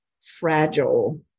fragile